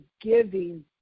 giving